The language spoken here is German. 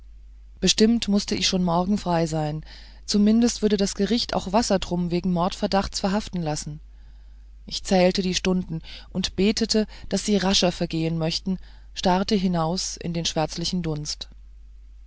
bestimmt morgen schon mußte ich frei sein zumindest würde das gericht auch wassertrum wegen mordverdachts verhaften lassen ich zählte die stunden und betete daß sie rascher vergehen möchten starrte hinaus in den schwärzlichen dunst